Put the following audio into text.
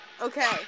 Okay